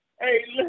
Hey